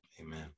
Amen